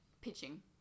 pitching